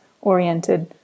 oriented